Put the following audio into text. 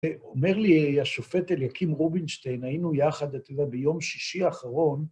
אומר לי השופט אליקים רובינשטיין, היינו יחד ביום שישי האחרון,